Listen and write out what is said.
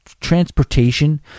transportation